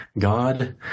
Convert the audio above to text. God